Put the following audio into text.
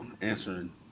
answering